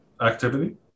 activity